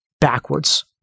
backwards